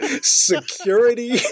security